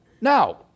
Now